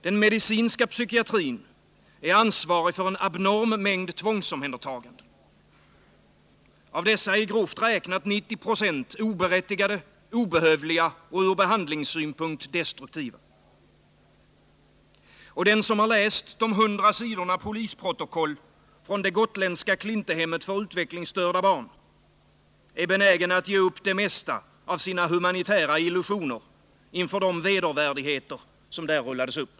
Den medicinska psykiatrin är ansvarig för en abnorm mängd tvångsomhändertaganden. Av dessa är grovt räknat 90 20 oberättigade, obehövliga och ur behandlingssynpunkt destruktiva. Och den som har läst de hundra sidorna polisprotokoll från det gotländska Klintehemmet för utvecklings störda barn är benägen att ge upp det mesta av sina humanitära illusioner Nr 56 inför de vedervärdigheter som där rullades upp.